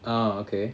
ah okay